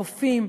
רופאים,